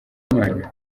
imana